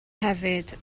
hefyd